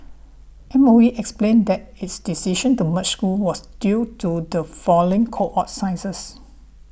M O E explained that its decision to merge school was due to the falling cohort sciences